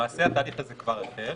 למעשה, התהליך הזה כבר החל.